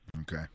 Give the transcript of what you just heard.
Okay